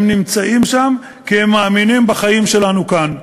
הם נמצאים שם כי הם מאמינים בחיים שלנו כאן.